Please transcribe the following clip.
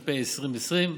התש"ף 2020,